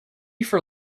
for